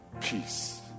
Peace